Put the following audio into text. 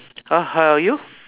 ha~ how about you